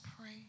pray